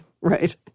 right